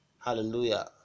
Hallelujah